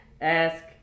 Ask